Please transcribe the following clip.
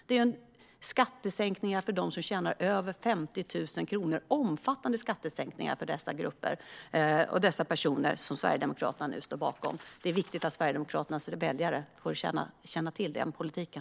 Det är omfattande skattesänkningar för personer som tjänar över 50 000 kronor i månaden som Sverigedemokraterna nu står bakom. Det är viktigt att Sverigedemokraternas väljare känner till den politiken.